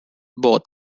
both